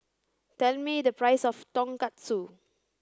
tell me the price of Tonkatsu